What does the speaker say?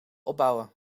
opbouwen